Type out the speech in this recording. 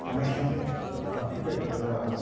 connection अस्ति चेत् तत्र